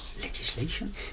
legislation